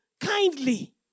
kindly